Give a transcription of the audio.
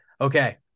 Okay